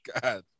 God